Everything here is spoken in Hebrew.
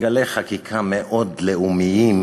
גלי חקיקה מאוד לאומיים,